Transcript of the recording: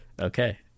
Okay